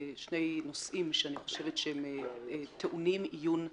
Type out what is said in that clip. שני נושאים שאני חושבת שהם טעונים עיון מחדש.